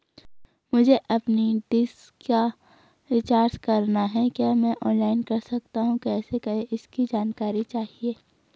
मुझे अपनी डिश का रिचार्ज करना है क्या मैं ऑनलाइन कर सकता हूँ कैसे करें इसकी जानकारी चाहिए?